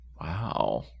Wow